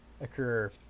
occur